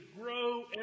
grow